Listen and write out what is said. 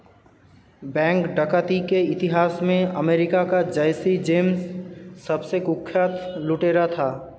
bank डकैती के इतिहास में अमेरिका का जैसी जेम्स सबसे कुख्यात लुटेरा था